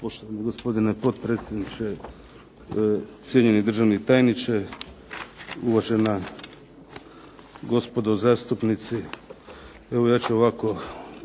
Poštovani gospodine potpredsjedniče, cijenjeni državni tajniče, uvažena gospodo zastupnici. Evo ja ću ovako